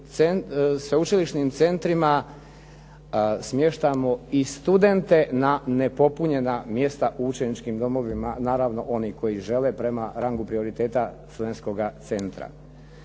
u sveučilišnim centrima smještamo i studente na nepopunjena mjesta u učeničkim domovima, naravno oni koji žele prema rangu prioriteta studentskoga centra.